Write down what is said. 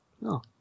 No